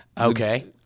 Okay